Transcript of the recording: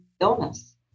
illness